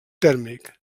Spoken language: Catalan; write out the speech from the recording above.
tèrmic